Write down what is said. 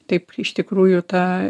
taip iš tikrųjų ta